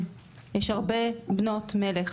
יש הרבה בנות מלך,